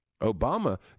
Obama